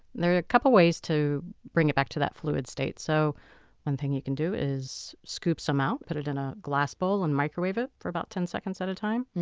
there are a couple ways to bring it back to that fluid state. so one thing you can do is scoop some out, put it in a glass bowl, and microwave it for about ten seconds at a time.